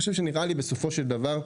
בסופו של דבר,